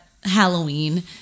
Halloween